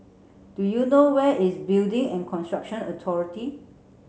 do you know where is Building and Construction Authority